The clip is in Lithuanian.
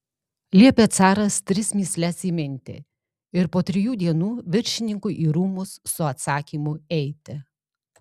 liepė caras tris mįsles įminti ir po trijų dienų viršininkui į rūmus su atsakymu eiti